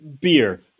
beer